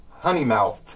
Honeymouthed